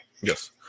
Yes